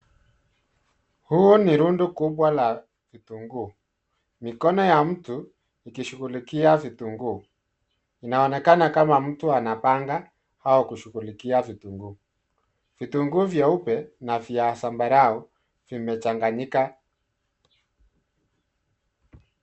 Huu ni rundo kubwa la vitunguu. Mikono ya mtu ikishughulikia vitunguu , inaonekana kama mtu anapanga au kushughulikia vitunguu. Vitunguu vyeupe na vya zambarau vimechanganyika.